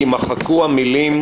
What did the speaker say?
יימחקו המילים: